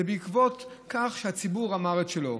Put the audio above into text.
זה בעקבות כך שהציבור אמר את שלו.